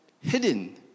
hidden